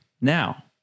now